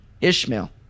Ishmael